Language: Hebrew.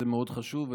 זה מאוד חשוב,